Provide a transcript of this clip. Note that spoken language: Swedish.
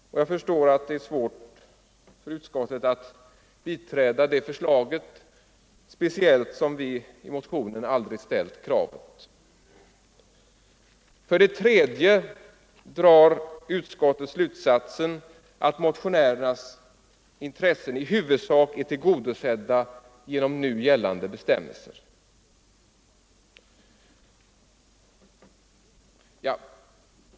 Jag förstår att det är svårt för utskottet att biträda det förslaget, speciellt som vi i motionen aldrig har fört fram det. Till sist drar utskottet slutsatsen att motionärernas intressen i huvudsak är tillgodosedda genom nu gällande bestämmelser.